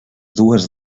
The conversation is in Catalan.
dues